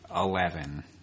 Eleven